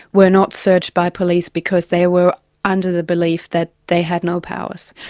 were not searched by police because they were under the belief that they had no powers.